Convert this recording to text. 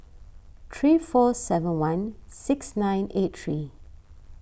three four seven one six nine eight three